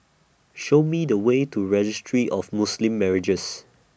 Show Me The Way to Registry of Muslim Marriages